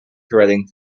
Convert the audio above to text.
threading